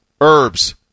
Herbs